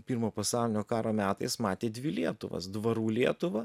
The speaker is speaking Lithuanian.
pirmo pasaulinio karo metais matė dvi lietuvas dvarų lietuvą